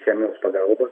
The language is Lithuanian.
chemijos pagalba